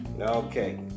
Okay